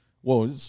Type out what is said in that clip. Whoa